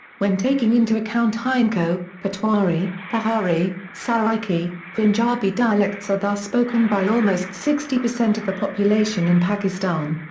when taking into account hindko, potwari, pahari, saraiki, punjabi dialects are thus spoken by almost sixty percent of the population in pakistan.